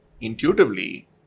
intuitively